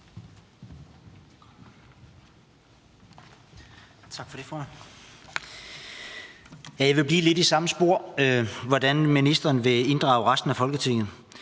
Jeg vil blive lidt i samme spor, altså spørge til, hvordan ministeren vil inddrage resten af Folketinget.